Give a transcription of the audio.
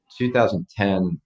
2010